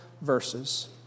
verses